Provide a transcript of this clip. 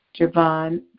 Javon